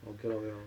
okay okay lor